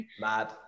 Mad